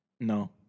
No